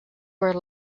were